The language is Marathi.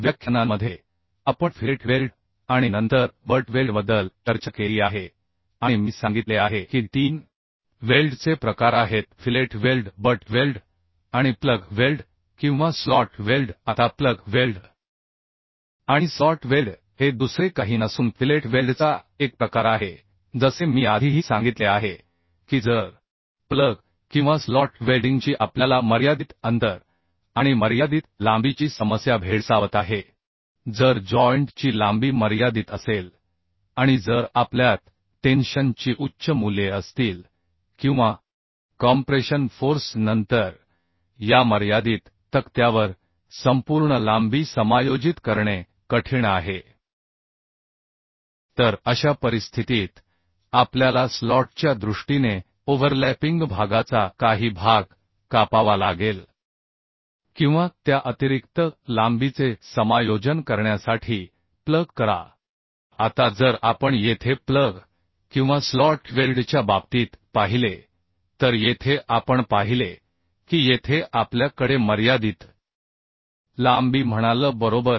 व्याख्यानांमध्ये आपण फिलेट वेल्ड आणि नंतर बट वेल्डबद्दल चर्चा केली आहे आणि मी सांगितले आहे की तीन वेल्डचे प्रकार आहेत फिलेट वेल्ड बट वेल्ड आणि प्लग वेल्ड किंवा स्लॉट वेल्ड आता प्लग वेल्ड आणि स्लॉट वेल्ड हे दुसरे काही नसून फिलेट वेल्डचा एक प्रकार आहे जसे मी आधीही सांगितले आहे की जर प्लग किंवा स्लॉट वेल्डिंगची आपल्याला मर्यादित अंतर आणि मर्यादित लांबीची समस्या भेडसावत आहे जर जॉइंट ची लांबी मर्यादित असेल आणि जर आपल्यात टेन्शन ची उच्च मूल्ये असतील किंवा कॉम्प्रेशन फोर्स नंतर या मर्यादित तक्त्यावर संपूर्ण लांबी समायोजित करणे कठीण आहे तर अशा परिस्थितीत आपल्याला स्लॉटच्या दृष्टीने ओव्हरलॅपिंग भागाचा काही भाग कापावा लागेल किंवा त्या अतिरिक्त लांबीचे समायोजन करण्यासाठी प्लग करा आता जर आपण येथे प्लग किंवा स्लॉट वेल्डच्या बाबतीत पाहिले तर येथे आपण पाहिले की येथे आपल्या कडे मर्यादित लांबी म्हणा L बरोबर